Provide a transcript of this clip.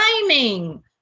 timing